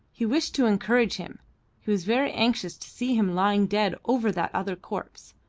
he wished to encourage him he was very anxious to see him lying dead over that other corpse.